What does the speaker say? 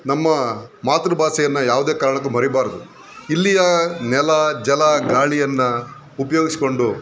ನಮ್ಮ ಮಾತೃಭಾಷೆಯನ್ನು ಯಾವುದೇ ಕಾರಣಕ್ಕೂ ಮರಿಬಾರದು ಇಲ್ಲಿಯ ನೆಲ ಜಲ ಗಾಳಿಯನ್ನು ಉಪಯೋಗಿಸಿಕೊಂಡು